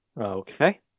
Okay